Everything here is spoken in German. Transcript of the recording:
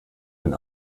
den